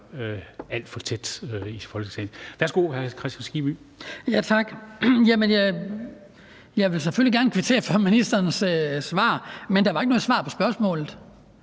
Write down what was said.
alt for tæt her i Folketinget. Værsgo, hr. Hans Kristian Skibby. Kl. 13:22 Hans Kristian Skibby (DF): Tak. Jeg vil selvfølgelig gerne kvittere for ministerens svar, men der var ikke noget svar på spørgsmålet.